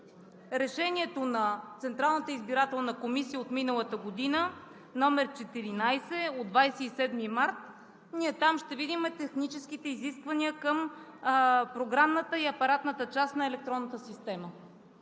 решението на Централната избирателна комисия от миналата година, № 14 от 27 март, ние там ще видим техническите изисквания към програмната и апаратната част на електронната система.